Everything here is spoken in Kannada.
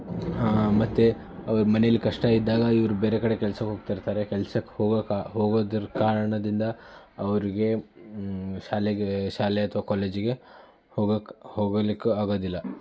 ಮತ್ತು ಅವ್ರ ಮನೆಲ್ಲಿ ಕಷ್ಟ ಇದ್ದಾಗ ಇವ್ರು ಬೇರೆ ಕಡೆ ಕೆಲ್ಸಕ್ಕೆ ಹೋಗ್ತಾ ಇರ್ತಾರೆ ಕೆಲ್ಸಕ್ಕೆ ಹೋಗೋಕ್ಕೆ ಹೋಗೋದ್ರ ಕಾರಣದಿಂದ ಅವರಿಗೆ ಶಾಲೆಗೆ ಶಾಲೆ ಅಥವಾ ಕಾಲೇಜಿಗೆ ಹೋಗೋಕ್ಕೆ ಹೋಗಲಿಕ್ಕೂ ಆಗೋದಿಲ್ಲ